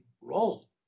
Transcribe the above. role